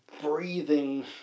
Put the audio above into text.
breathing